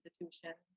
institution